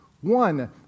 one